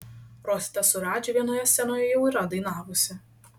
rosita su radži vienoje scenoje jau yra dainavusi